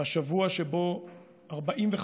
בשבוע שבו 45